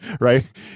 Right